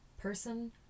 person